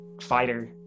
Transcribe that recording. fighter